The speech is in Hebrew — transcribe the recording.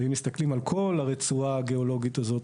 ואם מסתכלים על כל הרצועה הגיאולוגית הזאת,